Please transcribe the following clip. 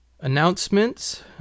Announcements